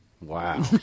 Wow